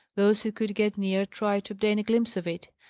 those who could get near tried to obtain a glimpse of it.